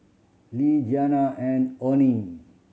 Le Jeanna and Oney